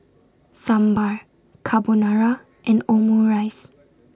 Sambar Carbonara and Omurice